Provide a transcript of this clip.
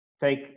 take